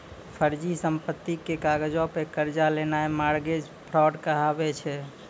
फर्जी संपत्ति के कागजो पे कर्जा लेनाय मार्गेज फ्राड कहाबै छै